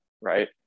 right